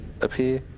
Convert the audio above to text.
appear